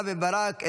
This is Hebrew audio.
רם בן ברק,